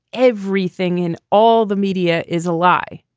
everything in all the media is a lie.